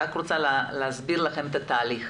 רוצה להסביר לכם את התהליך.